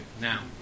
now